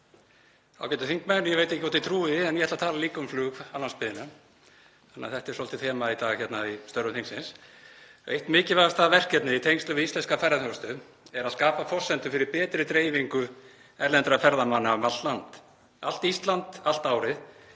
ágætu þingmenn. Ég veit ekki hvort þið trúið en ég ætla að tala líka um flug á landsbyggðinni. Þetta er svolítið þema í dag í störfum þingsins. Eitt mikilvægasta verkefnið í tengslum við íslenska ferðaþjónustu er að skapa forsendur fyrir betri dreifingu erlendra ferðamanna um allt land. Allt Ísland allt árið,